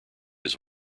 his